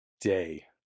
day